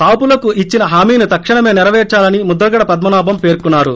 కాపులకు ఇచ్చిన హామీని తక్షణమే నెరపేర్సాలని ముద్రగడ పద్మ నాభం పేర్కొన్నారు